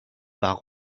par